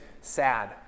sad